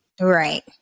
Right